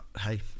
hey